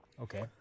Okay